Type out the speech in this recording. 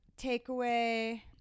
takeaway